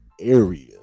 area